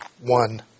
one